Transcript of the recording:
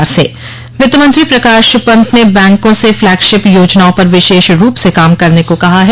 bankers समिति वित्त मंत्री प्रकाश पंत ने बैंकों से फ्लैगशिप योजनाओं पर विशेष रूप से काम करने को कहा है